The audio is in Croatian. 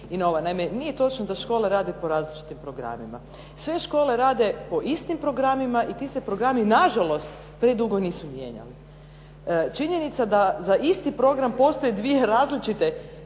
Naime, nije točno da škole rade po različitim programima. Sve škole rade po istim programima i ti se programi nažalost predugo nisu mijenjali. Činjenica da za isti program postoje dvije različite